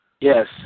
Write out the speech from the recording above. Yes